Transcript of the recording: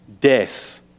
Death